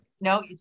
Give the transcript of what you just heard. no